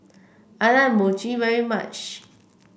I like Mochi very much